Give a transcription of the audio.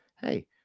hey